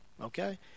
Okay